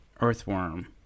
earthworm